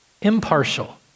impartial